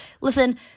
listen